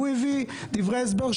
והוא הביא דברי הסבר,